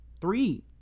Three